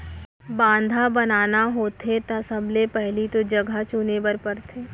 बांधा बनाना होथे त सबले पहिली तो जघा चुने बर परथे